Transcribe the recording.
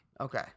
okay